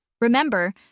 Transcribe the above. Remember